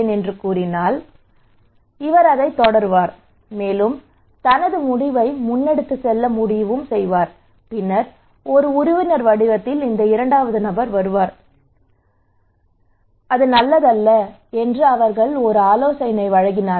எனவே அவர் தொடருவார் மேலும் தனது முடிவை முன்னெடுத்துச் செல்ல முடிவு செய்வார் பின்னர் உறவினர் வடிவத்தில் இந்த இரண்டாவது நபர் வருவார் அது நல்லதல்ல என்று அவர்கள் ஒரு ஆலோசனை வழங்கினார்கள்